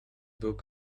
book